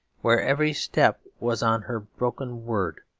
where every step was on her broken word.